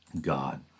God